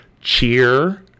Cheer